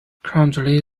currently